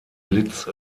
blitz